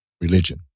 religion